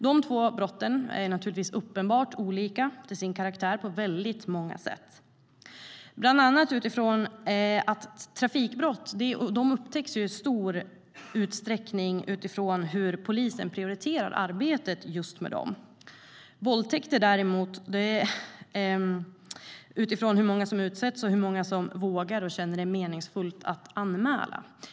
De två brotten är uppenbart olika till sin karaktär på väldigt många sätt, bland annat eftersom trafikbrott i stor utsträckning upptäcks utifrån hur polisen prioriterar arbetet just med dem. När det gäller våldtäkter, däremot, handlar det om hur många som utsätts och hur många som både vågar och känner att det är meningsfullt att anmäla.